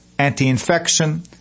anti-infection